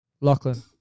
Lachlan